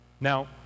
Now